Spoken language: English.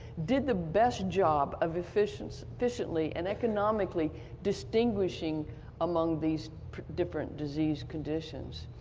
did the best job of efficiently efficiently and economically distinguishing among these different disease conditions.